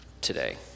today